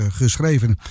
geschreven